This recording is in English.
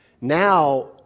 Now